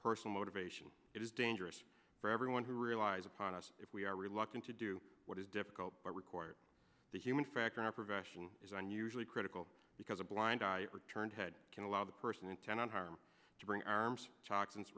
personal motivation it is dangerous for everyone who relies upon us if we are reluctant to do what is difficult but required the human factor in our profession isn't usually critical because a blind return head can allow the person intent on harm to bring arms toxins